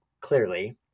clearly